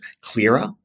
clearer